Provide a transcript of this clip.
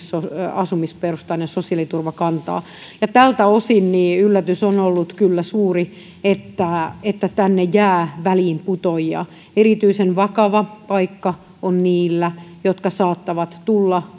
asumisperusteinen sosiaaliturva kantaa tältä osin yllätys on ollut kyllä suuri että että tänne jää väliinputoajia erityisen vakava paikka on niillä jotka saattavat tulla